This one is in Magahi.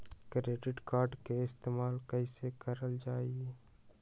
क्रेडिट कार्ड के इस्तेमाल कईसे करल जा लई?